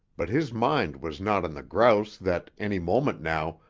but his mind was not on the grouse that, any moment now,